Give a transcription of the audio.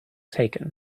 taken